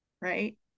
right